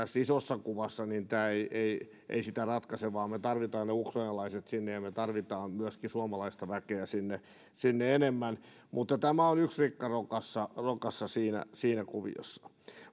isossa kuvassa tämä ei ei sitä ratkaise vaan me tarvitsemme ne ukrainalaiset sinne ja me tarvitsemme myöskin suomalaista väkeä sinne sinne enemmän mutta tämä on yksi rikka rokassa siinä siinä kuviossa